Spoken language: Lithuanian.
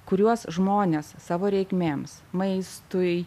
kuriuos žmonės savo reikmėms maistui